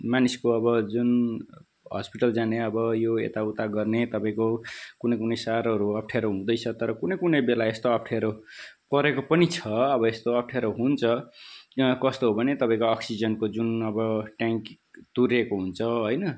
मानिसको अब जुन हस्पिटल जाने अब यो यता उता गर्ने तपाईँको कुनै कुनै साह्रोहरू अप्ठ्यारोहरू हुँदैछ तर कुनै कुनै बेला यस्तो अप्ठ्यारो परेको पनि छ अब यस्तो अप्ठ्यारो हुन्छ किन कस्तो हो भने तपाईँको अक्सिजनको जुन अब टेङ्क तुरिएको हुन्छ होइन